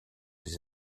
les